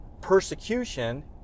persecution